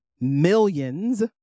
millions